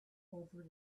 over